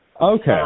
Okay